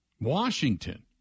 Washington